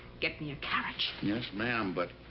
get me a carriage. yes, ma'am, but.